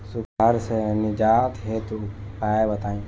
सुखार से निजात हेतु उपाय बताई?